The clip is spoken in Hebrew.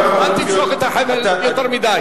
אל תמשוך את החבל יותר מדי.